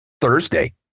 Thursday